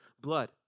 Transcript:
blood